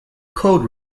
code